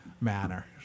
manner